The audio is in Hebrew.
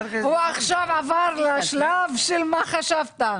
יש עוד שאלות?